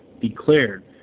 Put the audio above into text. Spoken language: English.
declared